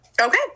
Okay